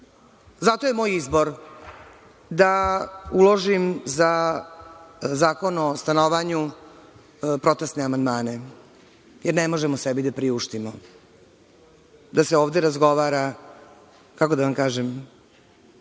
biti. Zato je moj izbor da uložim na Zakon o stanovanju protesne amandmane, jer ne možemo sebi da priuštimo da se ovde razgovara, kako da vam kažem,